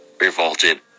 revolted